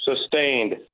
Sustained